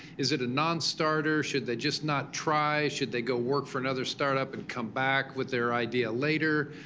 is it a non-starter? should they just not try? should they go work for another startup and come back with their idea later?